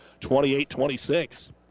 28-26